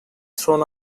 thrown